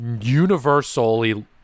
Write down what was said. universally